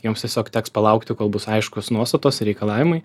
joms tiesiog teks palaukti kol bus aiškus nuostatos ir reikalavimai